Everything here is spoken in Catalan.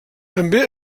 també